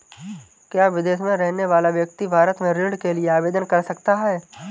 क्या विदेश में रहने वाला व्यक्ति भारत में ऋण के लिए आवेदन कर सकता है?